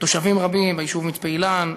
תושבים רבים ביישוב מצפה-אילן,